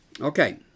Okay